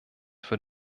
für